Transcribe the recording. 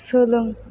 सोलों